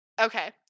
Okay